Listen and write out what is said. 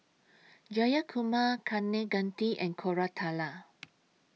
Jayakumar Kaneganti and Koratala